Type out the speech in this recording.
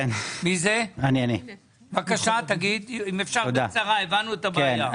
אם אפשר בקצרה, הבנו את הבעיה.